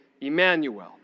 Emmanuel